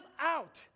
out